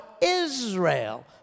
Israel